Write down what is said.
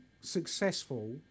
successful